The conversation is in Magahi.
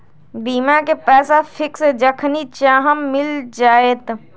बीमा के पैसा फिक्स जखनि चाहम मिल जाएत?